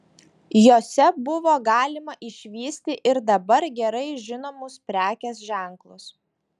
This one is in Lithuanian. jose buvo galima išvysti ir dabar gerai žinomus prekės ženklus